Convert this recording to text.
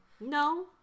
No